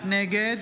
נגד